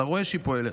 אתה רואה שהיא פועלת.